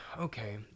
okay